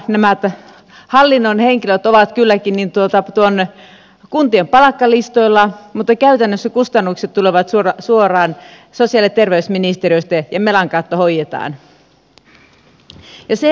nämä hallinnon henkilöt ovat kylläkin kuntien palkkalistoilla mutta käytännössä kustannukset tulevat suoraan sosiaali ja terveysministeriöstä ja melan kautta hoidetaan